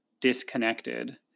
disconnected